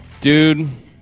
Dude